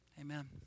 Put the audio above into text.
amen